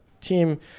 team